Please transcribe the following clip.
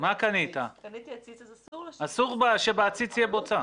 אסור שבעציץ יהיה בוצה.